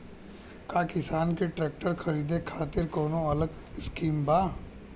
का किसान के ट्रैक्टर खरीदे खातिर कौनो अलग स्किम बा?